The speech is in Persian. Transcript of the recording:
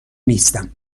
نیستم